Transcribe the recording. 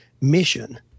mission